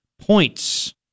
points